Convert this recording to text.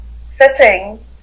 sitting